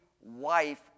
wife